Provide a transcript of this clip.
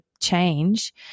change